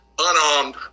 unarmed